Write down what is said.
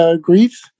grief